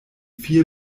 vier